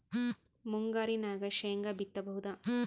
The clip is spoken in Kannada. ಮುಂಗಾರಿನಾಗ ಶೇಂಗಾ ಬಿತ್ತಬಹುದಾ?